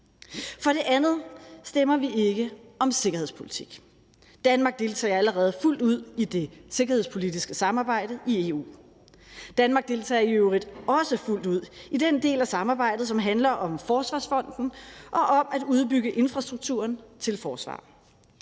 For det andet stemmer vi ikke om sikkerhedspolitik. Danmark deltager allerede fuldt ud i det sikkerhedspolitiske samarbejde i EU. Danmark deltager i øvrigt også fuldt ud i den del af samarbejdet, som handler om Forsvarsfonden og om at udbygge infrastrukturen til forsvar.